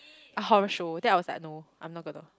a horror show that I was like no I'm not gonna